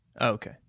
Okay